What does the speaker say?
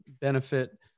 benefit